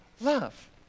love